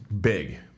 big